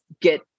get